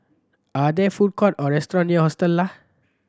are there food courts or restaurants near Hostel Lah